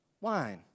wine